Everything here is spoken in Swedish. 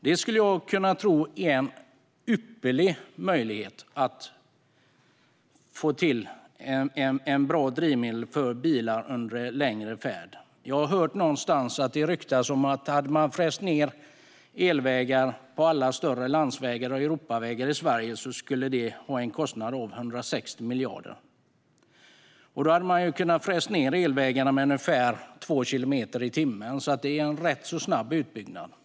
Jag tror att det är en ypperlig möjlighet att få ett bra drivmedel för bilar under längre färd. Det ryktas om att hade man fräst ned elvägar i alla större landsvägar och Europavägar i Sverige skulle det ha en kostnad av 160 miljarder. Då hade man kunnat fräsa ned elvägarna med ungefär två kilometer i timmen, så det är en rätt snabb utbyggnad.